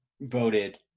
voted